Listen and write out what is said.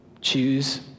Choose